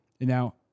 now